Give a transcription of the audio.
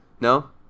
No